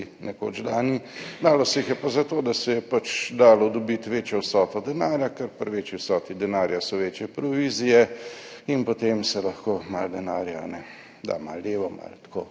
nekoč dani, dalo se jih je pa zato, da se je pač dalo dobiti večjo vsoto denarja, ker pri večji vsoti denarja so večje provizije in potem se lahko malo denarja da malo levo, malo tako.